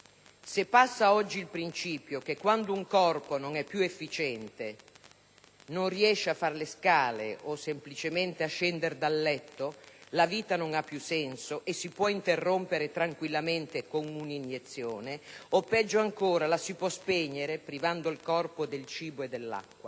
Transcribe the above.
Se passa oggi il principio che quando un corpo non è più efficiente, non riesce a fare le scale o semplicemente a scendere dal letto, la vita non ha più senso e si può interrompere tranquillamente con un'iniezione o, peggio ancora, la si può spegnere privando il corpo del cibo e dell'acqua;